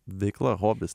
veikla hobis